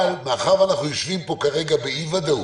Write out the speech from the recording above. אבל מאחר ואנחנו יושבים פה כרגע באי-ודאות,